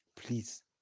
Please